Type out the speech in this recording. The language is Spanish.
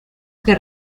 que